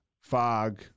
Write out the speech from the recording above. fog